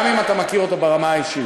גם אם אתה מכיר אותו ברמה האישית,